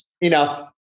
Enough